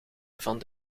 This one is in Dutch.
van